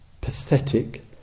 pathetic